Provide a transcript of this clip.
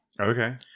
Okay